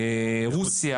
רוסיה,